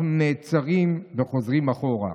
אנחנו נעצרים וחוזרים אחורה.